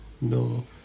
No